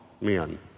men